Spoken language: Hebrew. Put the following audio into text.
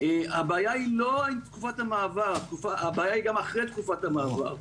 היא חקיקה פרסונלית, היא לעיני כל ישראל פרסונלית.